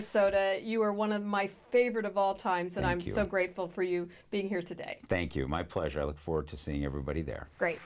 are so you are one of my favorite of all times and i'm so grateful for you being here today thank you my pleasure i look forward to seeing everybody their great